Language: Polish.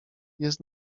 jest